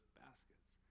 baskets